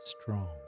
strong